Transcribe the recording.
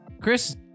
Chris